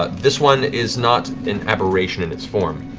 ah this one is not an aberration in its form.